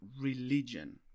religion